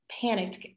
panicked